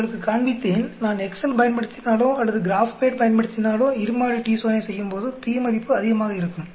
நான் உங்களுக்கு காண்பித்தேன் நான் எக்ஸ்செல் பயன்படுத்தினாலோ அல்லது கிராப்பேட் பயன்படுத்தினாலோ இரு மாதிரி t சோதனை செய்யும்போது p மதிப்பு அதிகமாக இருக்கும்